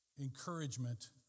encouragement